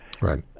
Right